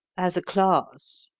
as a class,